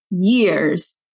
Years